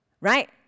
Right